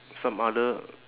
some other